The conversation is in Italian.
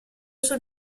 sul